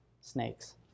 snakes